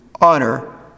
honor